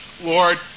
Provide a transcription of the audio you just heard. Lord